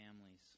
families